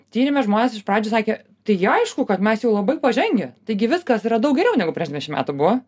tyrime žmonės iš pradžių sakė tai aišku kad mes jau labai pažengę taigi viskas yra daug geriau negu prieš dvidešimt metų buvo